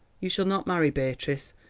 you shall not marry beatrice,